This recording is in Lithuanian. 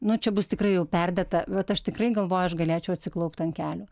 nu čia bus tikrai jau perdėta bet aš tikrai galvoju aš galėčiau atsiklaupt ant kelių